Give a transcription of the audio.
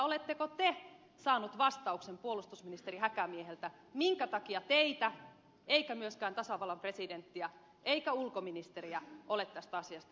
oletteko te saanut vastauksen puolustusministeri häkämieheltä minkä takia teitä eikä myöskään tasavallan presidenttiä eikä ulkoministeriä ole tästä asiasta informoitu